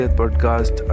podcast